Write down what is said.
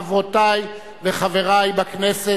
חברותי וחברי בכנסת,